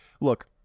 Look